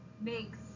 makes